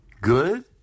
Good